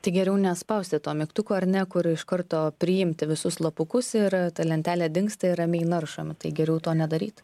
tai geriau nespausti to mygtuko ar ne kur iš karto priimti visus slapukus ir ta lentelė dingsta ir ramiai naršome tai geriau to nedaryt